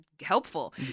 helpful